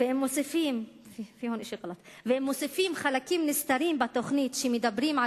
ואם מוסיפים חלקים נסתרים בתוכנית שמדברים על